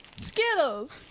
Skittles